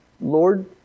Lord